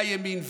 הימין,